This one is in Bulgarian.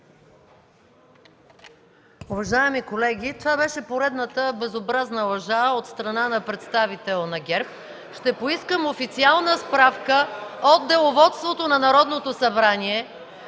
Уважаеми колеги, това беше поредната безобразна лъжа от страна на представител на ГЕРБ. Ще поискам официална справка от Деловодството на Народното събрание